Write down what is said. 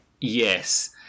Yes